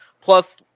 plus